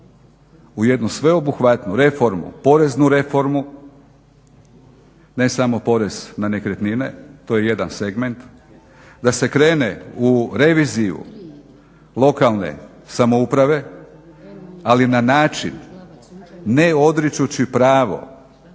u jednu sveobuhvatnu reformu, poreznu reformu ne samo porez na nekretnine to je jedan segment, da se krene u reviziju lokalne samouprave ali na način ne odričući pravo